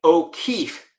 O'Keefe